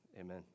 Amen